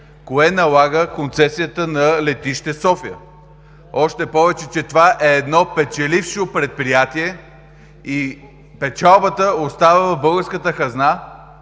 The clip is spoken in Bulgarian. кое налага концесията на Летище София, още повече че това е едно печелившо предприятие и печалбата остава в българската хазна